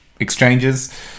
Exchanges